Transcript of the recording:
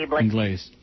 English